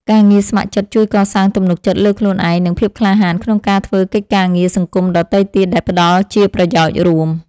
ការងារស្ម័គ្រចិត្តជួយកសាងទំនុកចិត្តលើខ្លួនឯង និងភាពក្លាហានក្នុងការធ្វើកិច្ចការងារសង្គមដទៃទៀតដែលផ្ដល់ជាប្រយោជន៍រួម។